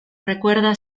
recuerda